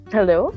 Hello